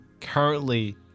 currently